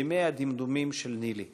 בימי הדמדומים של ניל"י,